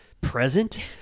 present